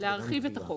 להרחיב את החוק.